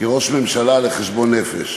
כראש הממשלה, לחשבון נפש,